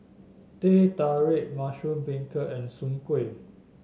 Teh Tarik Mushroom Beancurd and Soon Kuih